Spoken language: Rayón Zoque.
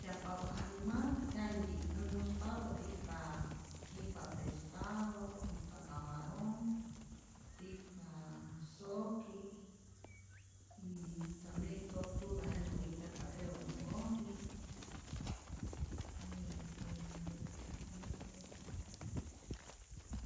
Tyajpapä animal 'yanhtyi äj muspapät itpa itpa pescado, itpa camaronh, itpa soki, y tambien tortuga jenä wijtyajpa creo nä'oji y este cual otro es.